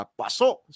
pasok